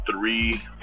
three